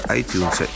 iTunes